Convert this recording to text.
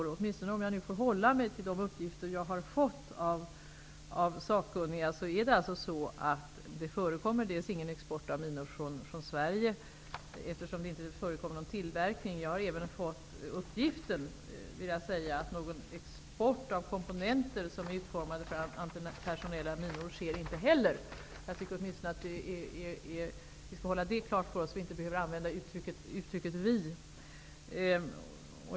Om jag åtminstone får hålla mig till de uppgifter som jag har fått av sakkunniga, förekommer ingen export av minor från Sverige, eftersom det inte förekommer någon tillverkning. Jag har även fått uppgiften att någon export av komponenter som är utformade för antipersonella minor inte heller sker. Vi skall i alla fall ha detta klart för oss, så att vi inte behöver använda uttrycket ''vi''.